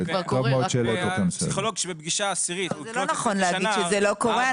בכל העולם זה כבר קורה --- זה לא נכון להגיד שזה לא קורה.